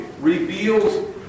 reveals